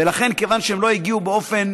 ולכן, כיוון שהם לא הגיעו באופן